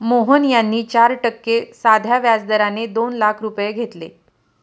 मोहन यांनी चार टक्के साध्या व्याज दराने दोन लाख रुपये घेतले